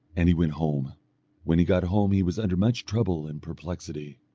and he went home when he got home he was under much trouble and perplexity.